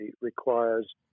requires